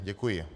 Děkuji.